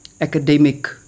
academic